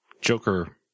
Joker